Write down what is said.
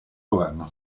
governo